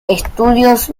estudios